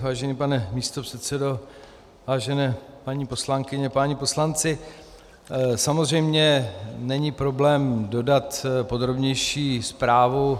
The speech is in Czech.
Vážený pane místopředsedo, vážené paní poslankyně, páni poslanci, samozřejmě není problém dodat podrobnější zprávu.